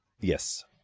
yes